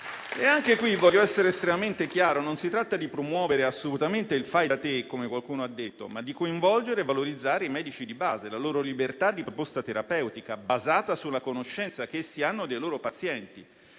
Anche qui voglio essere estremamente chiaro: non si tratta di promuovere assolutamente il fai da te, come qualcuno ha detto, ma di coinvolgere e valorizzare i medici di base e la loro libertà di proposta terapeutica, basata sulla conoscenza che essi hanno dei loro pazienti.